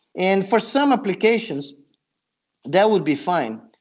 and for some applications that would be fine.